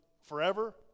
forever